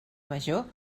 major